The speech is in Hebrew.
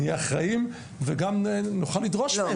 נהיה אחראים וגם נוכל לדרוש מהם.